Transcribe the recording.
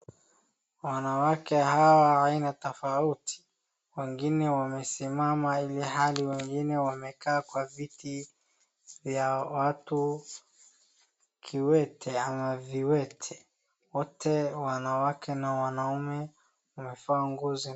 Wanawake hawa wa aina tofauti. Wengine wamesimama ilhali wengine wamekaa kwa viti vyao. Watu kiwete ama viwete wote wanawake na wanaume wamevaa nguo za.